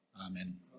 Amen